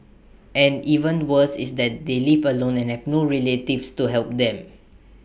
and even worse is that they live alone and have no relatives to help them